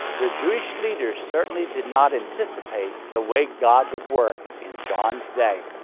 the jewish leaders certainly did not anticipate the way god would work in john's day.